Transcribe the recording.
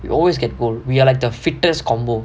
we always get gold we are like the fittest combination